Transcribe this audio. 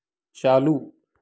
चालू